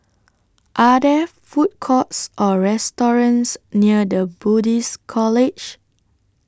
Are There Food Courts Or restaurants near The Buddhist College